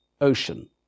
Ocean